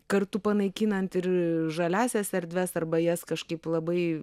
kartu panaikinant ir žaliąsias erdves arba jas kažkaip labai